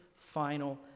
Final